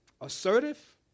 assertive